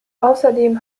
außerdem